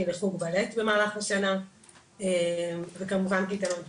לחוג בלט במהלך השנה וכמובן קייטנות בקיץ.